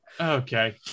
Okay